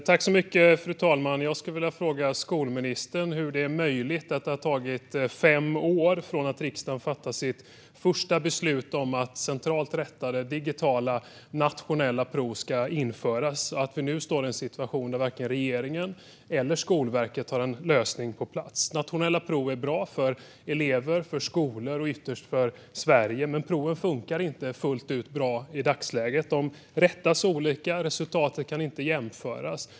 Fru talman! Jag skulle vilja fråga skolministern hur det är möjligt att det har tagit fem år från att riksdagen fattade sitt första beslut om att centralt rättade digitala nationella prov ska införas till att vi nu står i en situation där varken regeringen eller Skolverket har en lösning på plats. Nationella prov är bra för elever, för skolor och ytterst för Sverige. Men proven fungerar inte fullt ut bra i dagsläget. De rättas olika, och resultatet kan inte jämföras.